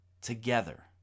Together